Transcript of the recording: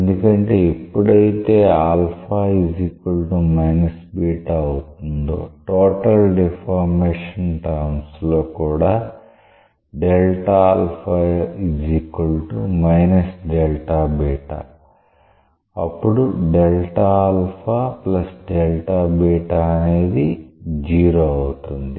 ఎందుకంటే ఎప్పుడైతే అవుతుందో టోటల్ డిఫార్మేషన్ టర్మ్స్ లో కూడా అప్పుడు అనేది 0 అవుతుంది